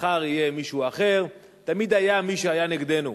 מחר יהיה מישהו אחר, תמיד היה מי שהיה נגדנו.